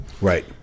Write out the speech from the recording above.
Right